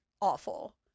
awful